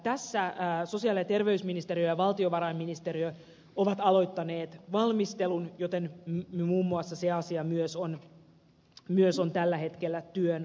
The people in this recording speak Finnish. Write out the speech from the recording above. tässä sosiaali ja terveysministeriö ja valtiovarainministeriö ovat aloittaneet valmistelun joten muun muassa se asia myös on tällä hetkellä työn alla